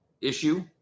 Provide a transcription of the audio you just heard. issue